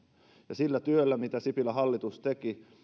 sillä työllä mitä sipilän hallitus teki